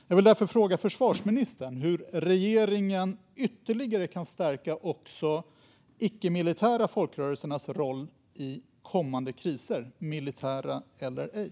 Jag vill därför fråga försvarsministern hur regeringen ytterligare kan stärka också de icke-militära folkrörelsernas roll i kommande kriser oavsett om de är militära eller ej.